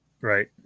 Right